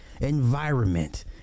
environment